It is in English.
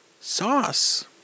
sauce